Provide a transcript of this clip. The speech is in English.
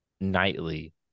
nightly